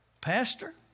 Pastor